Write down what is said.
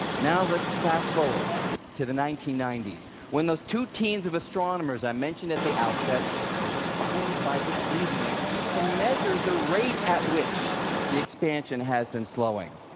now let's fast-forward to the nineteen ninety s when those two teams of astronomers i mentioned at the outset were inspired by this reasoning to measure the rate at which the expansion has been slowing.